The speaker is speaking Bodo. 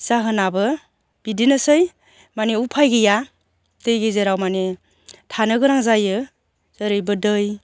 जाहोनाबो बिदिनोसै मानि उफाय गैया दै गेजेराव मानि थानो गोनां जायो जेरैबो दै